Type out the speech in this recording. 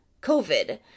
COVID